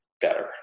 better